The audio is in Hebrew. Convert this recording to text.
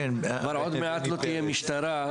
עוד מעט כבר לא תהיה משטרה,